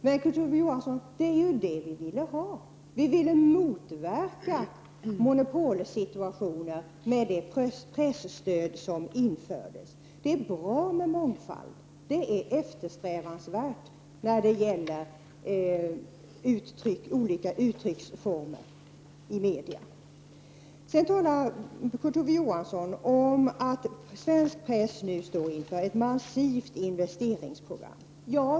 Men Kurt Ove Johansson, det var ju så vi ville ha det; vi ville motverka monopolsituationer med det pressstöd som infördes. Det är bra och eftersträvansvärt med mångfald när det gäller olika uttrycksformer i media. Kurt Ove Johansson talade om att svensk press nu står inför ett massivt investeringsprogram.